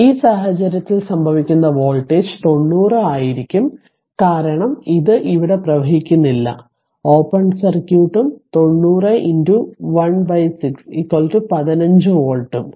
അതിനാൽ ഈ സാഹചര്യത്തിൽ സംഭവിക്കുന്ന വോൾട്ടേജ് 90 ആയിരിക്കും കാരണം ഇത് ഇവിടെ പ്രവഹിക്കുന്നില്ല ഓപ്പൺ സർക്യൂട്ടും 90 16 15 വോൾട്ടും